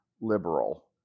liberal